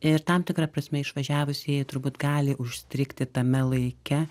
ir tam tikra prasme išvažiavusieji turbūt gali užstrigti tame laike